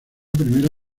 primera